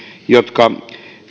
jotka